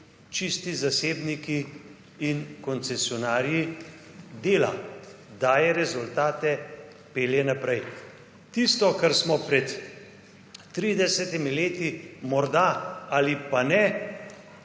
čisti zasebniki in koncesionarji dela, daje rezultate, pelje naprej. Tisto, kar smo pred tridesetimi leti morda ali pa ne